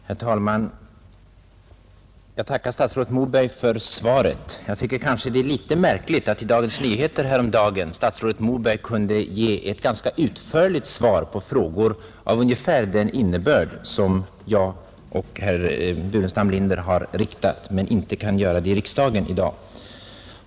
Herr talman! Jag tackar statsrådet Moberg för svaret. Kanske finner jag det märkligt att statsrådet Moberg inte i dag kan svara i riksdagen, när han häromdagen i Dagens Nyheter kunde ge ett ganska utförligt svar på frågor av ungefär den innebörd som herr Burenstam Linder och jag framställt.